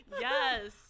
Yes